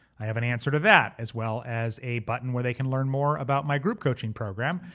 i have an answer to that as well as a button where they can learn more about my group coaching program.